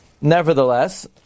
Nevertheless